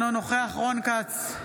אינו נוכח רון כץ,